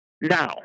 Now